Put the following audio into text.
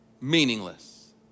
Meaningless